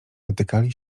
dotykali